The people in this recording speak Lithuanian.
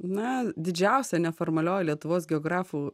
na didžiausia neformalioji lietuvos geografų